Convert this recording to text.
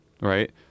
right